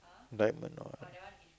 diamond what